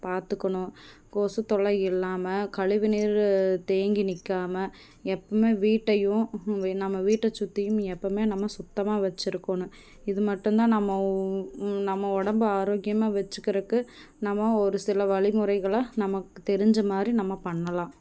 பார்த்துக்கணும் கொசு தொல்லை இல்லாமல் கழிவு நீர் தேங்கி நிக்காமல் எப்புவுமே வீட்டையும் வி நம்ம வீட்டை சுத்தியும் எப்புவுமே நம்ம சுத்தமாக வைச்சி இருக்கணும் இது மட்டுந்தான் நம்ம நம்ம உடம்ப ஆரோக்கியமாக வைச்சிக்கிறக்கு நம்ம ஒரு சில வழிமுறைகளை நமக்கு தெரிஞ்ச மாதிரி நம்ம பண்ணலாம்